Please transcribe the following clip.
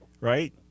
right